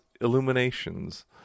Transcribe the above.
illuminations